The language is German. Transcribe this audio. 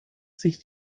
sich